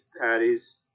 patties